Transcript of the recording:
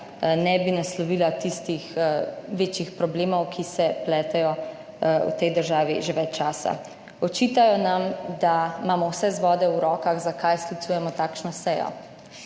ne bi naslovila tistih večjih problemov, ki se pletejo v tej državi že več časa. Očitajo nam, da imamo vse vzvode v rokah. Zakaj sklicujemo takšno sejo?